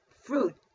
fruit